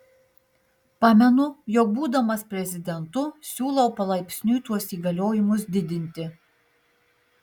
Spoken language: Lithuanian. pamenu jog būdamas prezidentu siūlau palaipsniui tuos įgaliojimus didinti